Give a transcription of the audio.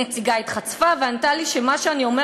הנציגה התחצפה וענתה לי שמה שאני אומר